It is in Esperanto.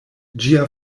ĝia